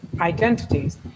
identities